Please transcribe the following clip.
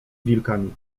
wilkami